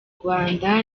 rwanda